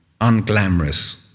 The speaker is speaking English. unglamorous